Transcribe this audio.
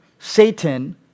satan